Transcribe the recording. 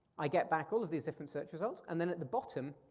i get back all of these different search results, and then at the bottom,